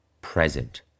Present